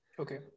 Okay